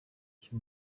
akiri